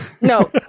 no